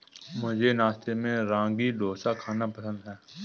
मुझे नाश्ते में रागी डोसा खाना पसंद है